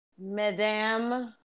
Madam